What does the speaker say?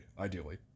ideally